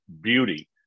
beauty